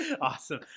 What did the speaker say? Awesome